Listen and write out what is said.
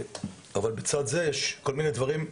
אבל בצד זה יש כל מיני דברים,